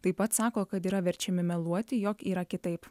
taip pat sako kad yra verčiami meluoti jog yra kitaip